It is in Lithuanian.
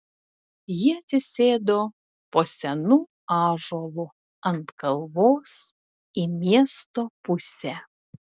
jie atsisėdo po senu ąžuolu ant kalvos į miesto pusę